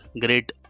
great